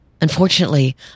Unfortunately